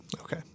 Okay